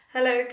Hello